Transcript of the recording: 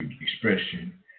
expression